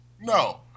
No